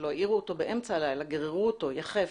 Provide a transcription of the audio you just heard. הם העירו אותו באמצע הלילה, גררו אותו יחף